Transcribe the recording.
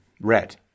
red